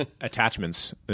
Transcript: attachments